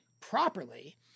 properly